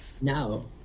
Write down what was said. No